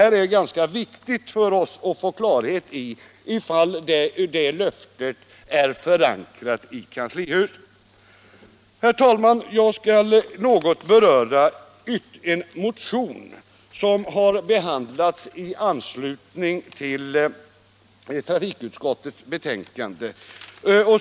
Det är ganska viktigt för oss att få klarhet i om det löftet är förankrat i kanslihuset. Herr talman! Jag skall något beröra en motion som har behandlats i anslutning till trafikutskottets betänkande.